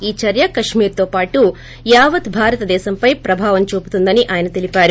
ఈ చర్య కశ్మీర్ తో పాటు యావత్ భారతదేశంపై మంచి ప్రభావం చూపుతుందని ఆయన తెలిపారు